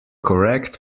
correct